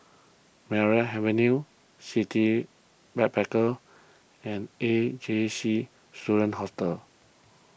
Merryn Avenue City Backpackers and A J C Student Hostel